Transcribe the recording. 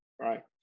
right